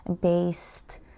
based